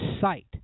sight